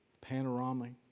panoramic